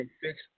fix